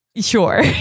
Sure